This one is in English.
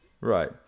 Right